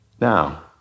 Now